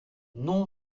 non